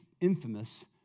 infamous